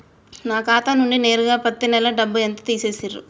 నా ఖాతా నుండి నేరుగా పత్తి నెల డబ్బు ఎంత తీసేశిర్రు?